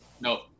No